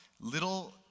Little